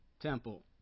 temple